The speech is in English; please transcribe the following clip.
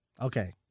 Okay